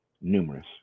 numerous